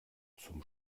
zum